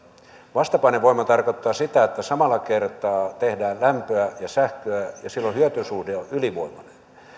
vastapainevoima tarkoittaa sitä että samalla kertaa tehdään lämpöä ja sähköä ja silloin hyötysuhde on ylivoimainen